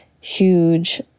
huge